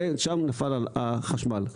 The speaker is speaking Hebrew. ונפל שם החשמל.